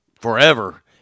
forever